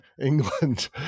england